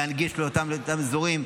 להנגיש את אותם אזורים.